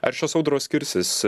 ar šios audros skirsis